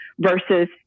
versus